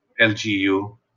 lgu